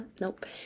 nope